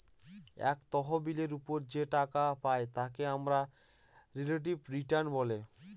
এক তহবিলের ওপর যে টাকা পাই তাকে আমরা রিলেটিভ রিটার্ন বলে